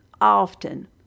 often